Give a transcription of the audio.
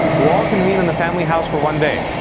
who all convene on the family house for one day.